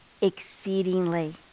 exceedingly